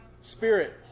Spirit